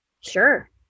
Sure